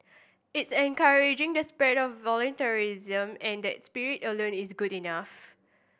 it's encouraging the spread of voluntarism and that spirit alone is good enough